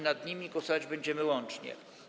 Nad nimi głosować będziemy łącznie.